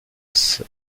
lusace